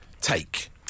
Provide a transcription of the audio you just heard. take